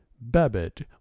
babbitt